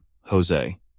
Jose